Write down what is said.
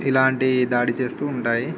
ఇలాంటివి దాడి చేస్తూ ఉంటాయి